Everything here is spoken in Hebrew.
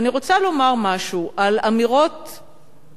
ואני רוצה לומר משהו על אמירות שנאמרות,